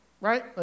Right